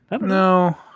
No